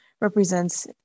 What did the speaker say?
represents